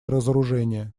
разоружение